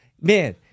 Man